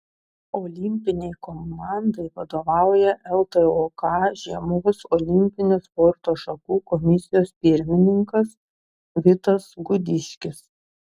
olimpinei komandai vadovauja ltok žiemos olimpinių sporto šakų komisijos pirmininkas vitas gudiškis